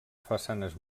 façanes